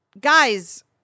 guys